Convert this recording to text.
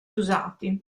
usati